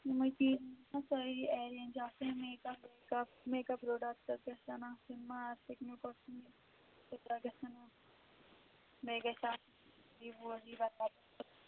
یِمے چیٖز گژھَن سٲری ایرینج آسٕنۍ make up make up make up products گژھن آسٕنۍ ماز سِکنُک گژھن تیٛوٗتاہ گژھن آسٕنۍ بیٚیہِ گژھِ آسُن یہِ